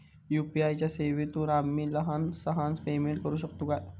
UPI च्या सेवेतून आम्ही लहान सहान पेमेंट करू शकतू काय?